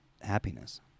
happiness